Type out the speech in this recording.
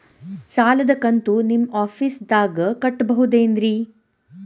ಸಾಲದ ಕಂತು ನಿಮ್ಮ ಆಫೇಸ್ದಾಗ ಕಟ್ಟಬಹುದೇನ್ರಿ?